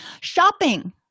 Shopping